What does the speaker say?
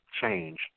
change